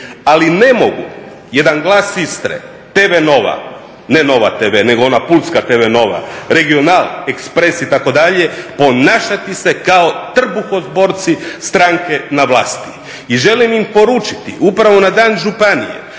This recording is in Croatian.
ali ne mogu jedan glas Istre, Tv Nova, ne Nova Tv, nego ona pulska Tv Nova, Regional, Express, itd., ponašati se kao trbuhozborci stranke na vlasti. I želim im poručiti upravo na dan županije